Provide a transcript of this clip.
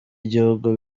igihugu